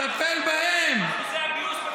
תטפל באלה שלא משרתים בכלל.